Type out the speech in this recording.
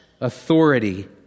authority